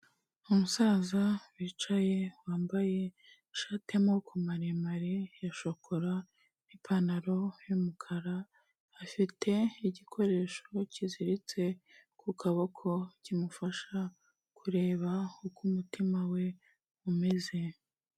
Umusaza wicaye wambaye ishati y'amaboko maremare ya shokora n'ipantaro y'umukara, afite igikoresho kiziritse ku kaboko kimufasha kureba uko umutima we umeze.